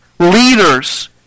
leaders